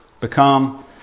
become